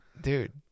Dude